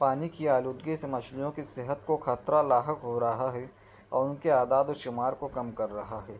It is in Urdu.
پانی کی آلودگی سے مچھلیوں کی صحت کو خطرہ لاحق ہو رہا ہے اور ان کے اعداد و شمار کو کم کر رہا ہے